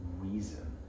reason